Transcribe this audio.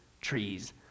trees